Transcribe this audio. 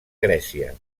grècia